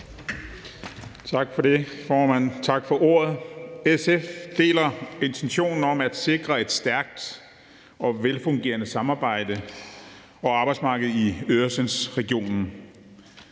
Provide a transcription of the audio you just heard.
Tak for ordet, formand. SF deler intentionen om at sikre et stærkt og velfungerende samarbejde og arbejdsmarked i Øresundsregionen.